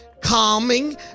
Calming